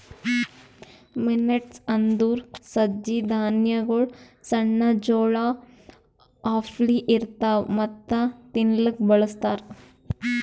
millets ಅಂದುರ್ ಸಜ್ಜಿ ಧಾನ್ಯಗೊಳ್ ಸಣ್ಣ ಜೋಳ ಅಪ್ಲೆ ಇರ್ತವಾ ಮತ್ತ ತಿನ್ಲೂಕ್ ಬಳಸ್ತಾರ್